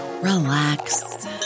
relax